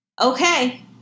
Okay